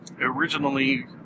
Originally